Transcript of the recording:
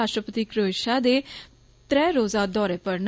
राश्ट्रपति कोएषिया दे त्रै रोज़ा दौरे पर न